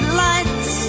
lights